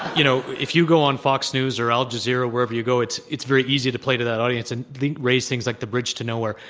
you know, if you go on fox news or al jazeera, wherever you go, it's it's very easy to play to that audience, and think raise things like the bridge to nowhere.